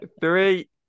Three